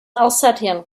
alsatian